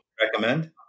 Recommend